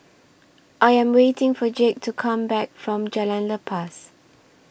I Am waiting For Jake to Come Back from Jalan Lepas